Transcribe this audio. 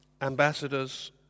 ambassadors